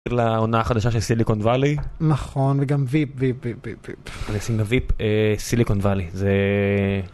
העונה החדשה של סיליקון וואלי נכון וגם סיליקון וואלי זה.